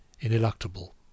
ineluctable